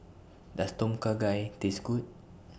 Does Tom Kha Gai Taste Good